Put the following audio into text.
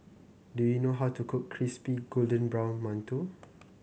do you know how to cook Crispy Golden Brown Mantou